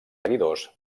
seguidors